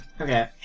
okay